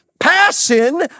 passion